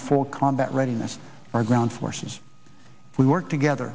the full combat readiness our ground forces we work together